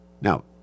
Now